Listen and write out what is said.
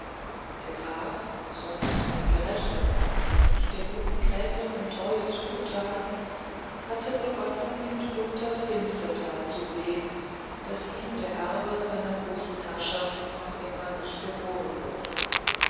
der graf sonst ein gerechter mann und der guten gräfin in treuen zugetan hatte begonnen mitunter finster dreinzusehen daß ihm der erbe seiner großen herrschaft noch immer nicht geboren wurde